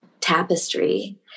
tapestry